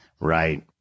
Right